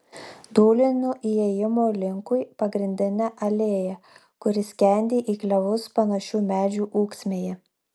dūlinu įėjimo linkui pagrindine alėja kuri skendi į klevus panašių medžių ūksmėje